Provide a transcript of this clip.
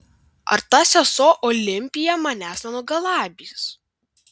ar ta sesuo olimpija manęs nenugalabys